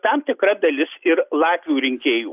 tam tikra dalis ir latvių rinkėjų